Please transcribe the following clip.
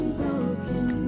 broken